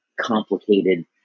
complicated